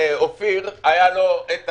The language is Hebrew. כץ היה אומר שהוא חבר כנסת,